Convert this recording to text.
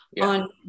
on